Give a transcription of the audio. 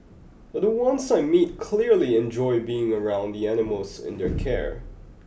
but the ones I meet clearly enjoy being around the animals in their care